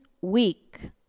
Week